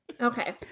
Okay